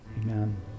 Amen